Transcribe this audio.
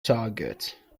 target